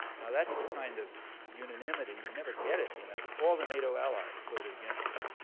now, that's the kind of unanimity you never get at the united all the nato allies voted against us.